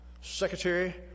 secretary